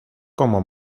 como